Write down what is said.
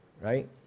right